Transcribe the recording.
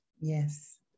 Yes